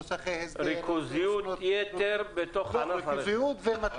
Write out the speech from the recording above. מוסכי הסדר --- ריכוזיות יתר בענף הרכב.